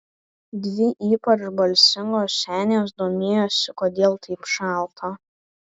dvi ypač balsingos senės domėjosi kodėl taip šalta